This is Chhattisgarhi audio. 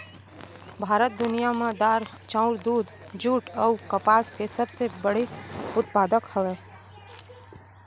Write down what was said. भारत दुनिया मा दार, चाउर, दूध, जुट अऊ कपास के सबसे बड़े उत्पादक हवे